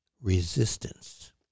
resistance